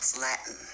latin